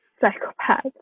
psychopath